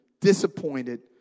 disappointed